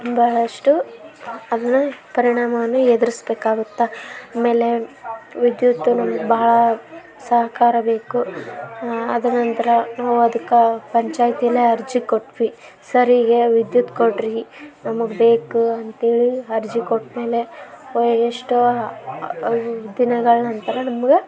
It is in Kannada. ಬಹಳಷ್ಟು ಅದ್ರ ಪರಿಣಾಮವನ್ನು ಎದುರ್ಸ್ಬೇಕಾಗುತ್ತೆ ಆಮೇಲೆ ವಿದ್ಯುತ್ತು ನಮ್ಗೆ ಬಹಳ ಸಹಕಾರ ಬೇಕು ಅದ ನಂತರ ನಾವು ಅದಕ್ಕೆ ಪಂಚಾಯಿತಿಲೇ ಅರ್ಜಿ ಕೊಟ್ವಿ ಸರ್ ಹೀಗೆ ವಿದ್ಯುತ್ ಕೊಡಿರಿ ನಮಗೆ ಬೇಕು ಅಂತೇಳಿ ಅರ್ಜಿ ಕೊಟ್ಟ ಮೇಲೆ ಎಷ್ಟೋ ದಿನಗಳ ನಂತರ ನಮ್ಗೆ